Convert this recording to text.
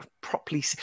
properly